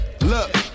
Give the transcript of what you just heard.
Look